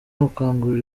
gukangurira